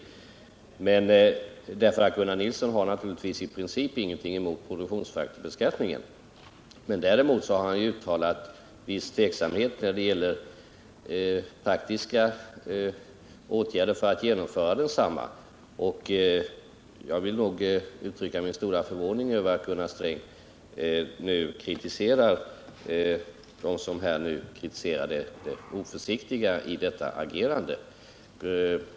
Gunnar Nilsson har naturligtvis i princip ingenting emot produktionsfaktorsbeskattningen. Däremot har han uttalat viss tveksamhet när det gäller praktiska åtgärder för att genomföra den. Jag vill uttrycka min stora förvåning över att Gunnar Sträng nu kritiserar dem som kritiserat det oförsiktiga i detta agerande.